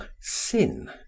sin